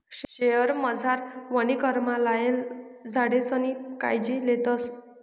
शयेरमझार वनीकरणमा लायेल झाडेसनी कायजी लेतस